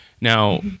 Now